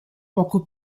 poco